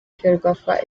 ferwafa